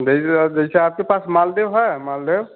आपके पास मालदेव है मालदेव